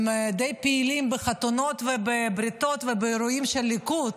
הם די פעילים בחתונות ובבריתות ובאירועים של הליכוד,